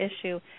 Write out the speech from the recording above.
issue